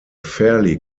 fairly